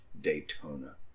Daytona